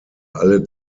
alle